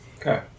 Okay